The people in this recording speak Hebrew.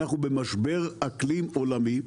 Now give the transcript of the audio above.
אנחנו במשבר אקלים עולמי.